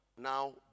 Now